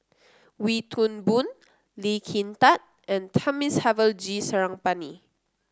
Wee Toon Boon Lee Kin Tat and Thamizhavel G Sarangapani